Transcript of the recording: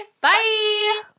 bye